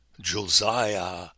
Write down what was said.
Josiah